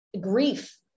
grief